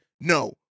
no